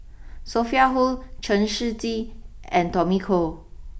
Sophia Hull Chen Shiji and Tommy Koh